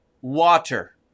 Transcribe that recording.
water